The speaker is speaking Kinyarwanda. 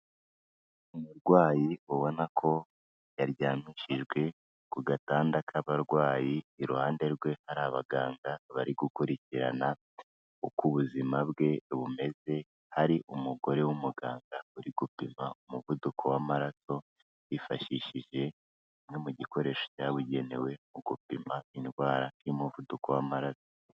Umurwayi ubona ko yaryamishijwe ku gatanda k'abarwayi, iruhande rwe hari abaganga bari gukurikirana uko ubuzima bwe bumeze, hari umugore w'umuganga uri gupima umuvuduko w'amaraso yifashishije kimwe mu gikoresho cyabugenewe mu gupima indwara y'umuvuduko w'amaraso.